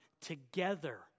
together